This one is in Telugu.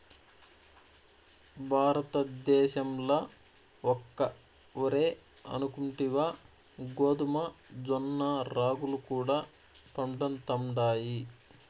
భారతద్దేశంల ఒక్క ఒరే అనుకుంటివా గోధుమ, జొన్న, రాగులు కూడా పండతండాయి